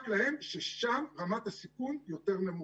רק להן, ששם רמת הסיכון יותר נמוכה.